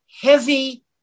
heavy